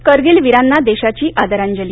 करगील बीरांना देशाची आदरांजली